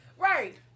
Right